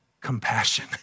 compassion